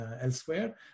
elsewhere